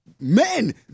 men